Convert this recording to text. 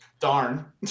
Darn